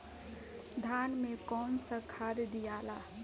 धान मे कौन सा खाद दियाला?